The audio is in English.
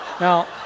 Now